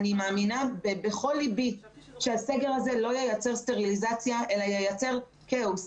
בכל לבי אני מאמינה לא ייצר סטריליזציה לא ייצר כאוס.